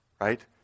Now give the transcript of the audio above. right